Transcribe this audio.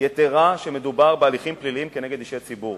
יתירה כשמדובר בהליכים פליליים כנגד אישי ציבור.